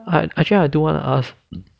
I actually I do want to ask